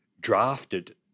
drafted